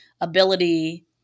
ability